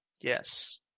Yes